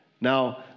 Now